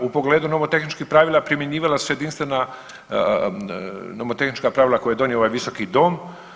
U pogledu nomotehničkih pravila primjenjivala su se jedinstvena nomotehnička pravila koje je donio ovaj visoki dom.